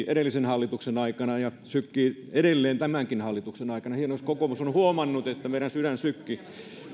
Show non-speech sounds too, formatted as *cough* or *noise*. *unintelligible* edellisen hallituksen aikana ja sykkii edelleen tämänkin hallituksen aikana hienoa jos kokoomus on huomannut että meidän sydämemme sykkii